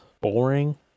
boring